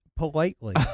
politely